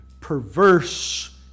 perverse